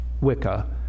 Wicca